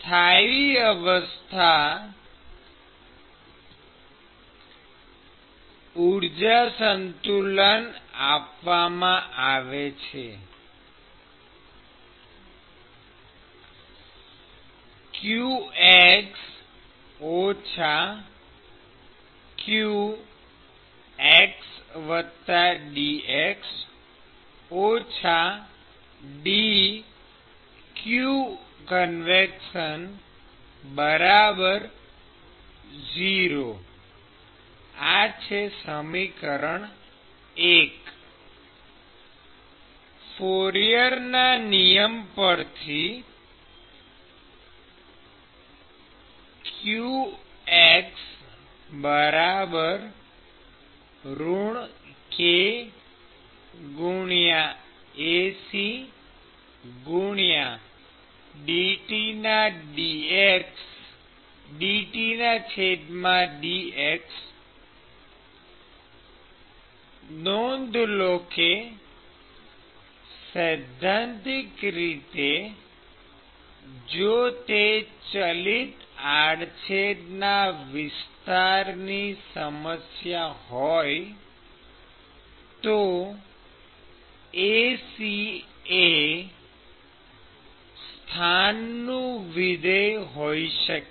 સ્થાયી અવસ્થા સ્થિતિમાં ઊર્જા સંતુલન આપવામાં આવે છે qx qxdx dqconv0 ૧ ફોરિયરના નિયમ પરથી qx kACdTdx નોંધ લો કે સૈદ્ધાંતિક રીતે જો તે ચલિત આડછેદના વિસ્તારની સમસ્યા હોય તો Ac એ સ્થાનનું વિધેય હોઈ શકે